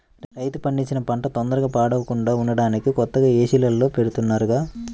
రైతు పండించిన పంటన తొందరగా పాడవకుండా ఉంటానికి కొత్తగా ఏసీల్లో బెడతన్నారుగా